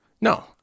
No